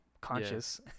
conscious